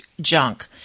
junk